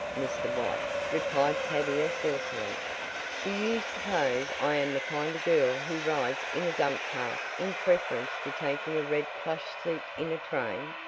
mr. white, replied tavia saucily do you suppose i am the kind of girl who rides in a dump-cart in preference to taking a red plush seat in a train?